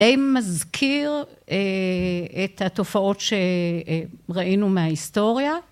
די מזכיר את התופעות ‫שראינו מההיסטוריה.